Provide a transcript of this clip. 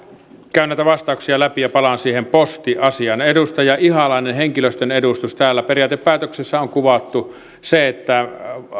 käyn näitä vastauksia läpi ja palaan siihen posti asiaan edustaja ihalainen henkilöstön edustus täällä periaatepäätöksessä on kuvattu se että